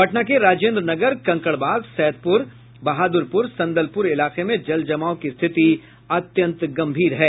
पटना के राजेन्द्र नगर कंकड़बाग सैदपूर बहादूरपूर संदलपुर इलाके में जल जमाव की रिथित अत्यंत गम्भीर है